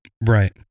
right